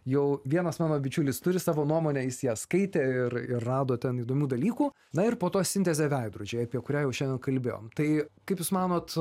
jau vienas mano bičiulis turi savo nuomonę jis ją skaitė ir ir rado ten įdomių dalykų na ir po to sintezė veidrodžiai apie kurią jau šiandien kalbėjom tai kaip jūs manot